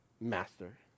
master